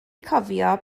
cofio